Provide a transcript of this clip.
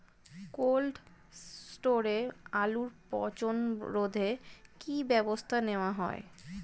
Cold স্টোরে আলুর পচন রোধে কি ব্যবস্থা নেওয়া হয়?